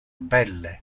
belle